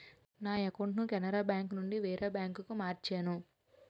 నా అకౌంటును కెనరా బేంకునుండి వేరే బాంకుకు మార్చేను